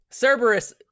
Cerberus